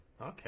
Okay